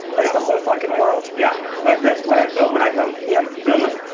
that's the whole fucking world. yeah but that's what i felt when i come here to finland.